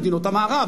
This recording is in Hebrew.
מדינות המערב,